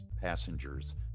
passengers